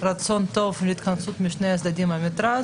אנחנו חייבים להראות רצון טוב להתכנסות משני צדדי המתרס.